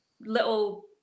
little